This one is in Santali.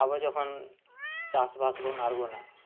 ᱟᱵᱚ ᱡᱚᱠᱷᱚᱱ ᱪᱟᱥᱵᱟᱥᱵᱚᱱ ᱟᱬᱜᱳᱱᱟ